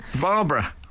Barbara